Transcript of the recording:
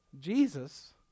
Jesus